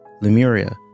Lemuria